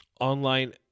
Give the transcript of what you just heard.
online